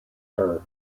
her